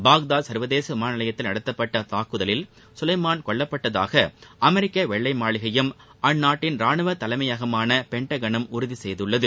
Baghdad சர்வதேச விமான நிலையத்தில் நடத்தப்பட்ட தாக்குதலில் சுலைமான் கொல்லப்பட்டதாக அமெரிக்க வெள்ளை மாளிகையும் அந்நாட்டின் ரானுவ தலைமையகமான பெள்டகனும் உறுதி செய்துள்ளது